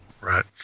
Right